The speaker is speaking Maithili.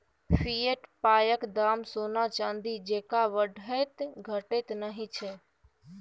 फिएट पायक दाम सोना चानी जेंका बढ़ैत घटैत नहि छै